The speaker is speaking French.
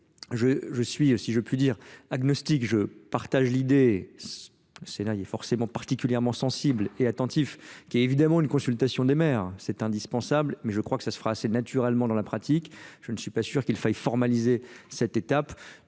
je suis si je puis dire agnostique je partage l'idée il est forcément particulièrement sensible et attentif qu'il y a évidemment une consultation des maires c'est indispensable mais je crois que ça naturellement dans la pratique je ne suis pas sûr qu'il faille formaliser cette étape